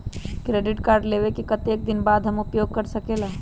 Credit card लेबे के कतेक दिन बाद हम उपयोग कर सकेला?